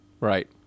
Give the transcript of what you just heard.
right